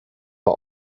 war